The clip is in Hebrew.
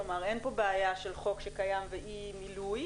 כלומר אין פה בעיה של חוק שקיים ואי מילויו,